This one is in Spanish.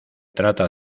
trata